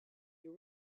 you